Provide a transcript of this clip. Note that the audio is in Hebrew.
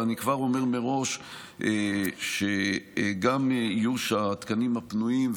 אבל אני כבר אומר מראש שגם איוש התקנים הפנויים,